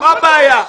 מה הבעיה?